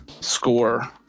score